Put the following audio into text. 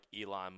Elon